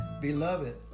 Beloved